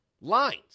lines